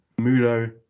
Mudo